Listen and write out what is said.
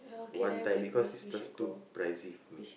one time because it's just too pricey for me